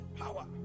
power